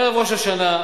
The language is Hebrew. ערב ראש השנה,